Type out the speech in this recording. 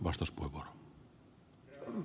herra puhemies